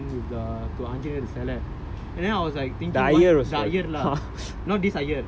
he use the spoon and then he started pouring using the spoon with the to Anjaneyar சிலே:anjaneyar silae